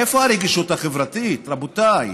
איפה הרגישות החברתית, רבותיי?